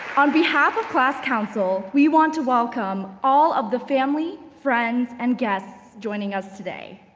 on behalf of class council, we want to welcome all of the family, friends, and guests joining us today.